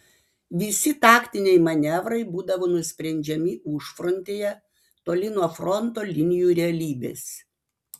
visi taktiniai manevrai būdavo nusprendžiami užfrontėje toli nuo fronto linijų realybės